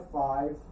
five